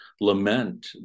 lament